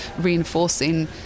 reinforcing